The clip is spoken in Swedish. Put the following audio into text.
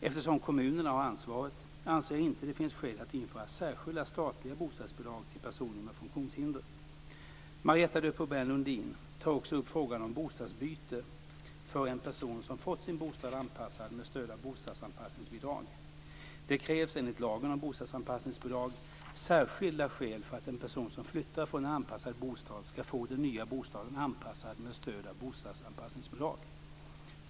Eftersom kommunerna har ansvaret anser jag inte att det finns skäl att införa särskilda statliga bostadsbidrag till personer med funktionshinder. Marietta de Pourbaix-Lundin tar också upp frågan om bostadsbyte för en person som fått sin bostad anpassad med stöd av bostadsanpassningsbidrag. Det krävs enligt lagen om bostadsanpassningsbidrag särskilda skäl för att en person som flyttar från en anpassad bostad ska få den nya bostaden anpassad med stöd av bostadsanpassningsbidrag.